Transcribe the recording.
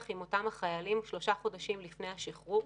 עם אותם חיילים שלוטשה חודשים לפני השחרור.